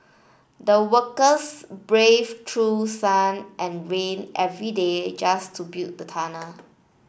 the workers braved through sun and rain every day just to build the tunnel